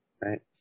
right